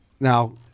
Now